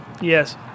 Yes